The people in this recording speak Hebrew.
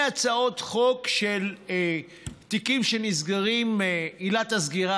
מהצעות חוק שבתיקים שנסגרים עילת הסגירה